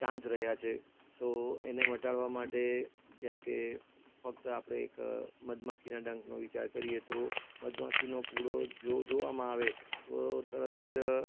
chance રહ્યા છે તો એને મટાડવા માટે જેમકે ફક્ત આપણે એક મધમાખીના ડંખનો વિચાર કરીએ તો મધમાખીનો પૂડો જો જોવામાં આવે તો તરત જ